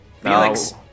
Felix